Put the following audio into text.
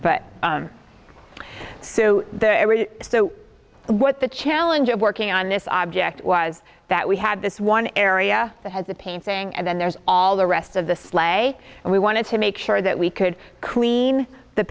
but so what the challenge of working on this object was that we had this one area that has a painting and then there's all the rest of the sleigh and we wanted to make sure that we could clean the